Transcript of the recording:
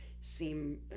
seem